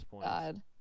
god